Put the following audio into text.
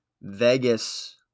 Vegas